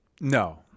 No